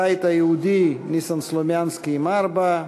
הבית היהודי, ניסן סלומינסקי עם ארבע,